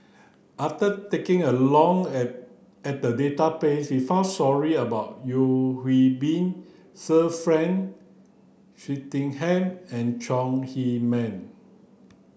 after taking a long at at the database we found stories about Yeo Hwee Bin Sir Frank Swettenham and Chong Heman